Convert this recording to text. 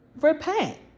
Repent